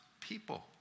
people